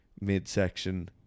midsection